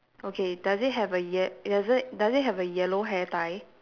okay does it have a ye~ does it does it have a yellow hair tie